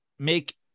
make